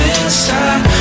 inside